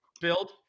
build